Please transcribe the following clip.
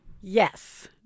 yes